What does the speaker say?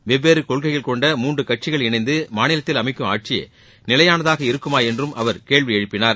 வெவ்வேறு கொள்கைகள் கொண்ட மூன்று கட்சிகள் இணைந்து மாநிலத்தில் அமைக்கும் ஆட்சி நிலையானதாக இருக்குமா என்றும் அவர் கேள்வி எழுப்பினார்